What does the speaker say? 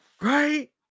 Right